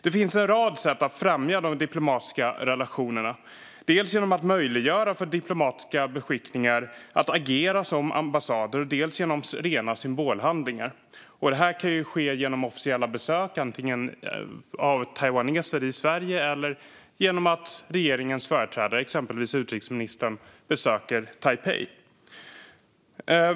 Det finns en rad sätt att främja de diplomatiska relationerna, dels genom att möjliggöra för diplomatiska beskickningar att agera som ambassader, dels genom rena symbolhandlingar. Detta kan ske genom officiella besök, antingen av taiwaneser som kommer till Sverige eller genom att regeringens företrädare, exempelvis utrikesministern, besöker Taipei.